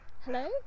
Hello